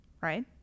Right